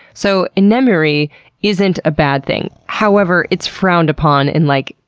so, inemuri isn't a bad thing. however, it's frowned upon in, like,